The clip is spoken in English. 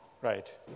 Right